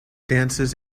dances